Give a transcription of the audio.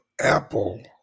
Apple